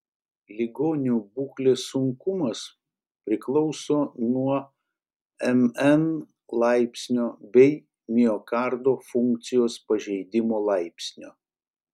ligonių būklės sunkumas priklauso nuo mn laipsnio bei miokardo funkcijos pažeidimo laipsnio